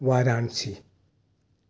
Varanasi